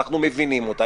אנחנו מבינים אותה.